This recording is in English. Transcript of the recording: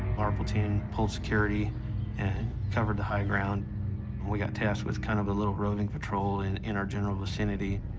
our platoon pulled security and covered the high ground, and we got tasked with kind of a little roving patrol in in our general vicinity.